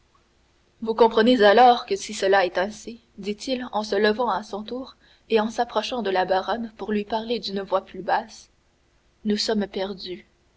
vous comprenez alors que si cela est ainsi dit-il en se levant à son tour et en s'approchant de la baronne pour lui parler d'une voix plus basse nous sommes perdus